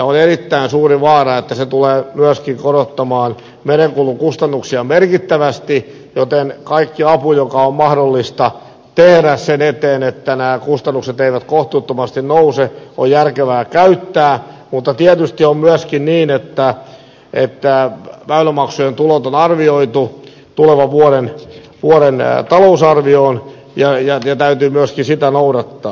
on erittäin suuri vaara että se tulee myöskin korottamaan merenkulun kustannuksia merkittävästi joten kaikki apu joka on mahdollista tehdä sen eteen että nämä kustannukset eivät kohtuuttomasti nouse on järkevää käyttää mutta tietysti on myöskin niin että väylämaksujen tulojen on arvioitu tulevan vuoden talousarvioon ja täytyy myöskin sitä noudattaa